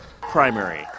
Primary